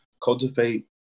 Cultivate